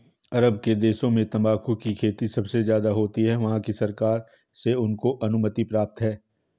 अरब के देशों में तंबाकू की खेती सबसे ज्यादा होती है वहाँ की सरकार से उनको अनुमति प्राप्त है